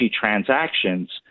transactions